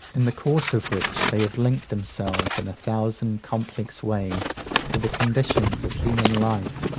in the course of which they have linked themselves in a thousand complex ways to the conditions of human life,